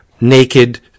naked